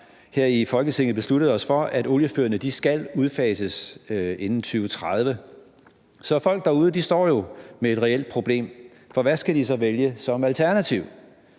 her i Folketinget besluttet os for, at oliefyrene skal udfases inden 2030. Så folk derude står jo med et reelt problem, for hvad skal de så vælge som alternativ?